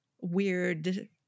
weird